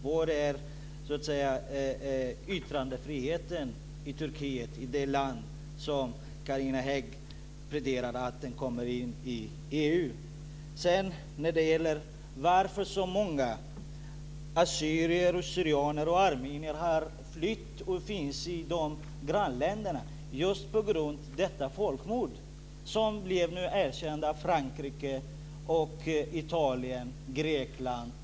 Var är yttrandefriheten i Turkiet, i det land som Carina Hägg pläderar för ska komma in i EU? Orsaken till att så många assyrier, syrianer och armenier har flytt och i dag finns i grannländerna är just detta folkmord. Det har nu blivit erkänt av Frankrike, Italien och Grekland.